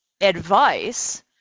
advice